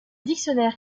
dictionnaires